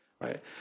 right